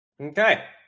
Okay